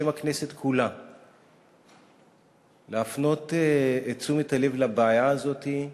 בשם הכנסת כולה להפנות את תשומת הלב לבעיה הזאת,